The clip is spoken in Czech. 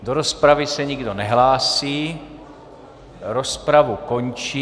Do rozpravy se nikdo nehlásí, rozpravu končím.